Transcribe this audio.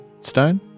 stone